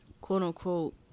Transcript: quote-unquote